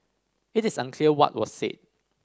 it is unclear what was said